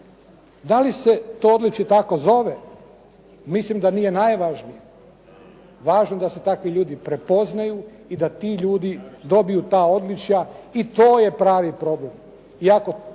Da li se to odličje tako zove mislim da nije najvažnije. Važno da se takvi ljudi prepoznaju i da ti ljudi dobiju ta odličja i to je pravi problem.